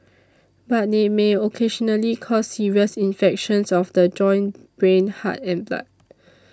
but they may occasionally cause serious infections of the joints brain heart and blood